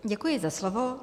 Děkuji za slovo.